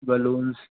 balloons